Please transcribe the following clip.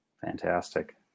Fantastic